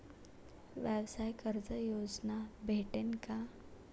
व्यवसाय कर्ज योजना भेटेन का?